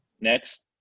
Next